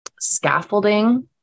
scaffolding